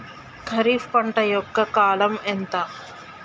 ఖరీఫ్ పంట యొక్క కాలం ఎంత?